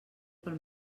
pel